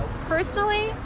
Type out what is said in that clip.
Personally